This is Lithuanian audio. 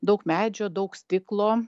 daug medžio daug stiklo